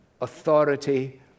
authority